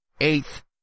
eighth